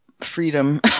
freedom